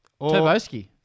Turboski